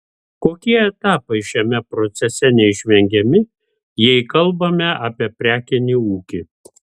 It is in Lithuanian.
kokie etapai šiame procese neišvengiami jei kalbame apie prekinį ūkį